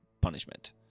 punishment